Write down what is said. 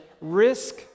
risk